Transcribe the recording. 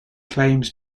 claims